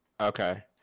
Okay